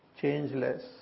Changeless